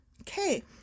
Okay